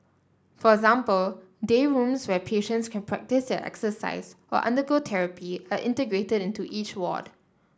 for example day rooms where patients can practise their exercise or undergo therapy are integrated into each ward